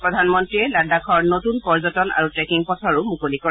প্ৰধানমন্ত্ৰীয়ে লাডাখৰ নতুন পৰ্যটন আৰু ট্ৰেকিং পথৰো মুকলি কৰে